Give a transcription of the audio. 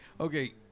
Okay